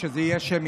אז שזה יהיה שמית,